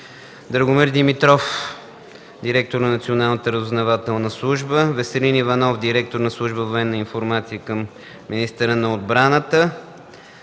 Драгомир Димитров – директор на Националната разузнавателна служба; Веселин Иванов – директор на служба „Военна информация” към министъра на отбраната;